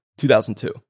2002